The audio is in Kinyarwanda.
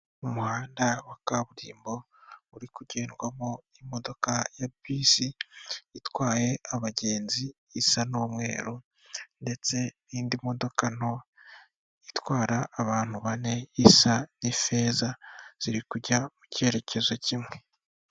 Umuhanda wa kaburimbo uri kugendwamo n'imodoka ya bisi, itwaye abagenzi isa n'umweru ndetse n'indi modoka nto itwara abantu bane isa n'ifeza, ziri kujya mu cyerekezo kimwe.